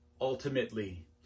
ultimately